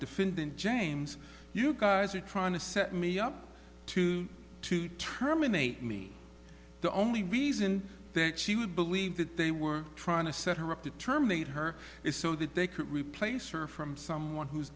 defendant james you guys are trying to set me up to to terminate me the only reason that she would believe that they were trying to set her up to terminate her is so that they could replace her from someone who's